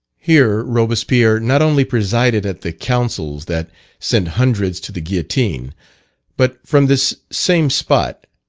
here robespierre not only presided at the counsels that sent hundreds to the guillotine but from this same spot,